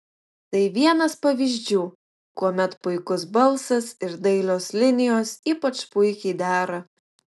tai vienas pavyzdžių kuomet puikus balsas ir dailios linijos ypač puikiai dera